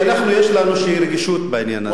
כי אנחנו, יש לנו איזו רגישות בעניין הזה.